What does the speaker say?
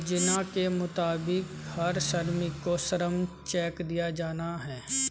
योजना के मुताबिक हर श्रमिक को श्रम चेक दिया जाना हैं